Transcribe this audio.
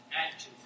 actions